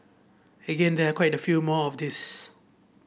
again there quite a few more of these